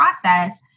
process